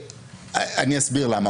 אני אסביר למה.